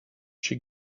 she